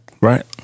Right